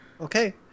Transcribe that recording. Okay